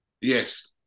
Yes